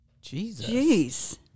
Jesus